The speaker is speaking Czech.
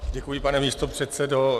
Děkuji, pane místopředsedo.